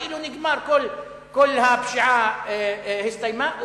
כאילו כל הפשיעה הסתיימה,